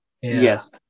Yes